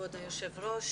כבוד היושב-ראש,